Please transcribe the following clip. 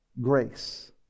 grace